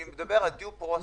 אני מדבר על due process.